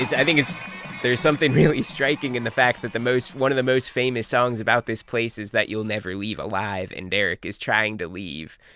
i think there's something really striking in the fact that the most one of the most famous songs about this place is that you'll never leave alive, and derek is trying to leave.